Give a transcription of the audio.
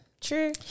true